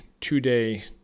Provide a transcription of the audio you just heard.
two-day